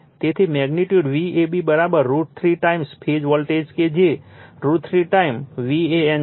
તેથી magnitude Vab √ 3 time phase voltage કે જે √ 3 ટાઇમ VAN છે